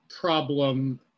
problem